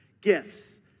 gifts